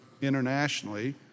internationally